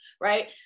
right